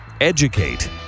Educate